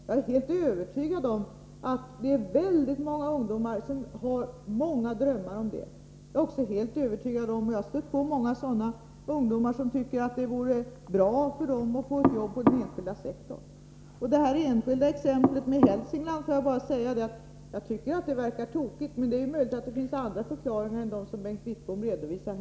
Jag är helt övertygad om att det är väldigt många ungdomar som drömmer om det. Vidare är jag helt övertygad om att många ungdomar tycker — jag har stött på många sådana — att det vore bra att få ett arbete inom den enskilda sektorn. Det här exemplet från Hälsingland -— får jag bara säga det till sist — tycker jag verkar tokigt. Men det är möjligt att det finns andra förklaringar än dem som Bengt Wittbom här redovisar.